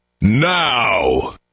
now